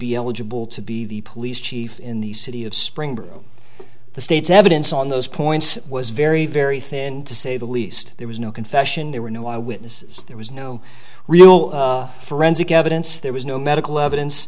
be eligible to be the police chief in the city of spring but the state's evidence on those points was very very thin to say the least there was no confession there were no eyewitnesses there was no real forensic evidence there was no medical evidence